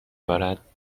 بارد